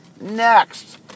next